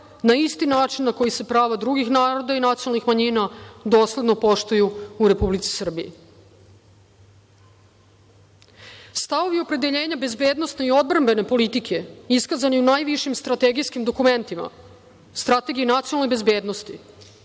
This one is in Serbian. na isti način na koji se prava drugih naroda i nacionalnih manjina dosledno poštuju u Republici Srbiji. Stavovi opredeljenja bezbednosne i odbrambene politike, iskazani u najvišim strategijskim dokumentima, Strategiji nacionalne bezbednosti,